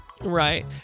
Right